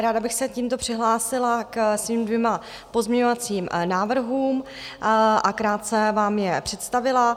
Ráda bych se tímto přihlásila ke svým dvěma pozměňovacím návrhům a krátce vám je představila.